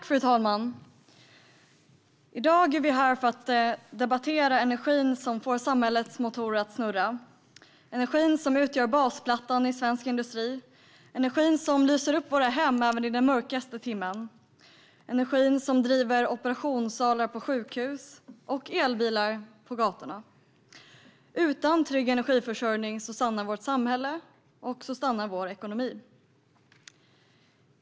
Fru talman! I dag är vi här för att debattera den energi som får samhällets motorer att snurra. Energin utgör basplattan i svensk industri. Den lyser upp våra hem, även i den mörkaste timme. Den driver operationssalar på sjukhus och elbilar på gatorna. Utan trygg energiförsörjning stannar vårt samhälle och vår ekonomi.